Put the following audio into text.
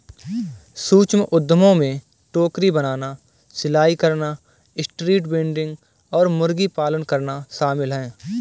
सूक्ष्म उद्यमों में टोकरी बनाना, सिलाई करना, स्ट्रीट वेंडिंग और मुर्गी पालन करना शामिल है